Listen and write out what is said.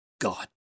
God